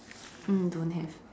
mm don't have